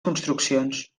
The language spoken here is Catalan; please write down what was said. construccions